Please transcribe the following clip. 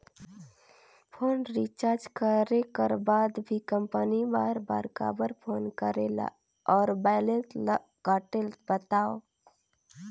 Phone recharge करे कर बाद भी कंपनी बार बार काबर फोन करेला और बैलेंस ल काटेल बतावव?